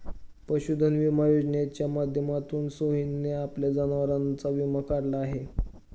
पशुधन विमा योजनेच्या माध्यमातून सोहनने आपल्या जनावरांचा विमा काढलेला आहे